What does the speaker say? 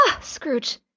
Scrooge